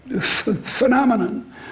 phenomenon